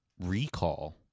recall